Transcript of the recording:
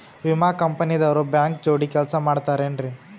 ವಿಮಾ ಕಂಪನಿ ದವ್ರು ಬ್ಯಾಂಕ ಜೋಡಿ ಕೆಲ್ಸ ಮಾಡತಾರೆನ್ರಿ?